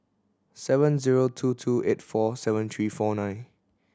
seven zero two two eight four seven three four nine